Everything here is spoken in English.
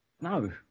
No